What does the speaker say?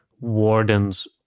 warden's